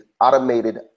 automated